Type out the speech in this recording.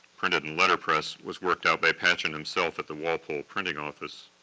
printed in letterpress, was worked out by patchen himself at the walpole printing office.